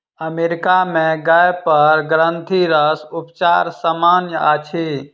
America में गाय पर ग्रंथिरस उपचार सामन्य अछि